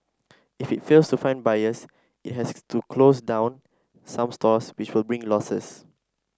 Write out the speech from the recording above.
if it fails to find buyers it has to close down some stores which will bring losses